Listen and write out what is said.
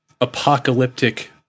apocalyptic